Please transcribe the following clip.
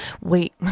Wait